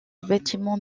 bâtiments